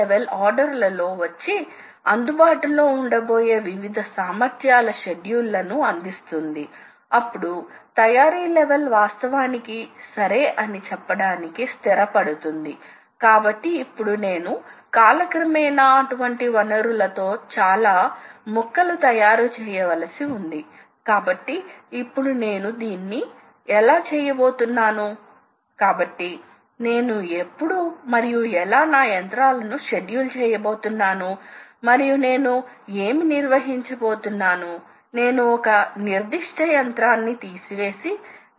shaft ఎన్కోడర్ల వంటి digital ఫీడ్బ్యాక్లు లేదా మీరు రిసాల్వర్ లను కలిగి ఉండవచ్చు కొన్నిసార్లు మీరు LVDTలు లేదా పొటెన్షియోమీటర్లు మొదలైన స్థాన సెన్సార్ను కలిగి ఉండవచ్చు కాబట్టి ప్రాథమికంగా మీరు భ్రమణపరంగా ఖచ్చితమైన కదలికను సృష్టించాలి కాబట్టి కదలికలను సృష్టించడానికి మీకు ఖచ్చితమైన మోటారు డ్రైవ్లు అవసరం మరియు మీకు వేగం మరియు స్థానం ఫీడ్బ్యాక్ అవసరంకాబట్టి అవి సెన్సార్లచే అందించబడతాయి మరియు అదేవిధంగా మీకు యాంత్రిక ఏర్పాట్లు ఉన్నాయి ఇవి బాల్ స్క్రూ వంటి ఖచ్చితమైన కదలికను సృష్టిస్తాయి